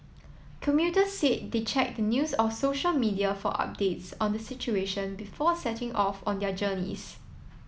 commuters said they checked the news or social media for updates on the situation before setting off on their journeys